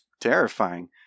terrifying